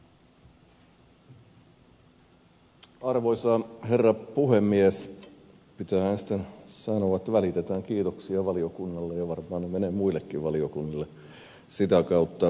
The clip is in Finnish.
pitää ensin sanoa että välitetään kiitoksia valiokunnalle ja varmaan ne menevät muillekin valiokunnille sitä kautta